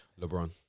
LeBron